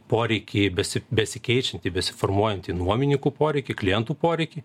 poreikį besi besikeičiantį besiformuojantį nuomininkų poreikį klientų poreikį